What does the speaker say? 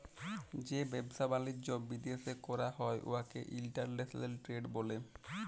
যে ব্যবসা বালিজ্য বিদ্যাশে ক্যরা হ্যয় উয়াকে ইলটারল্যাশলাল টেরেড ব্যলে